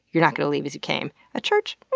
you're not going to leave as you came. a church